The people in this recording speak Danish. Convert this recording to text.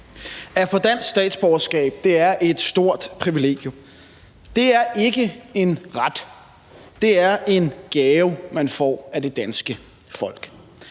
At få dansk statsborgerskab er et stort privilegium. Det er ikke en ret, det er en gave, man får af det danske folk.